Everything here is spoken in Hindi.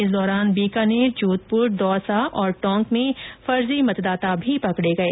इस दौरान बीकानेर जोधपुर दौसा टोंक में फर्जी मतदाता भी पकड़े गए